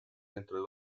dentro